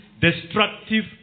destructive